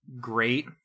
great